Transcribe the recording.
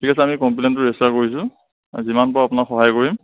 ঠিক আছে আমি কম্পলেনটো ৰেজিষ্টাৰ কৰিছো যিমান পাৰো আপোনাক সহায় কৰিম